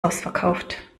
ausverkauft